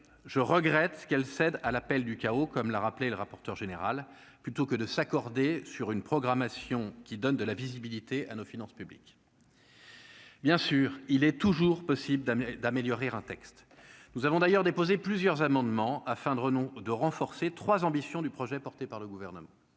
je regrette qu'elle cède à l'appel du chaos, comme l'a rappelé le rapporteur général plutôt que de s'accorder sur une programmation qui donne de la visibilité à nos finances publiques. Bien sûr, il est toujours possible d'améliorer un texte, nous avons d'ailleurs déposé plusieurs amendements afin de renom de renforcer 3 ambition du projet porté par le gouvernement,